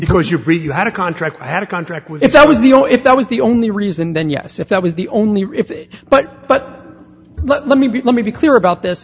because your breed you had a contract had a contract with if that was the only if that was the only reason then yes if that was the only but but let me be let me be clear about this